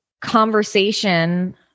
conversation